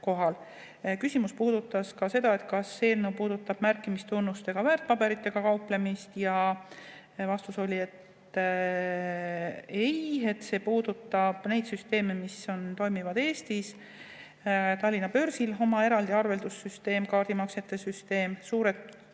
pealt. Küsiti ka seda, kas eelnõu puudutab märkimistunnustega väärtpaberitega kauplemist. Vastus oli, et ei, see puudutab neid süsteeme, mis toimivad Eestis. Tallinna börsil on oma eraldi arveldussüsteem, kaardimaksete süsteem, suured